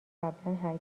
قبلا